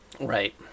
Right